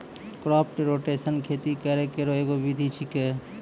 crop rotation खेती करै केरो एगो विधि छिकै